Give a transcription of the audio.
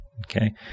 okay